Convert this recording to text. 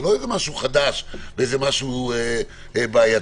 זה לא משהו חדש, משהו בעייתי.